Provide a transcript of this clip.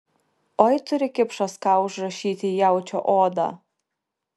oi turi kipšas ką užrašyti į jaučio odą